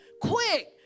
quick